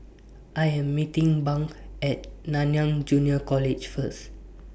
I Am meeting Bunk At Nanyang Junior College First